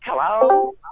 Hello